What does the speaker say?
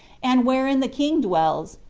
and wherein the king dwells,